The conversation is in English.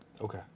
okay